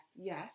Yes